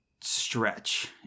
stretch